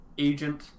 agent